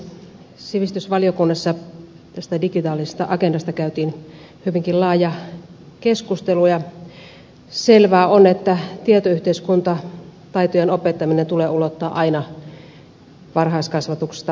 sivistysvaliokunnassa tästä digitaalisesta agendasta käytiin hyvinkin laaja keskustelu ja selvää on että tietoyhteiskuntataitojen opettaminen tulee ulottaa aina varhaiskasvatuksesta aikuiskoulutukseen